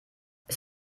ist